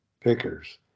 pickers